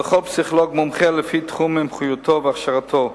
אלא לכל פסיכולוג מומחה לפי תחום מומחיותו והכשרתו.